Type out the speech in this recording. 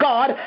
God